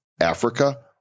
Africa